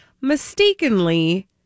mistakenly